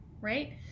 right